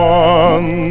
one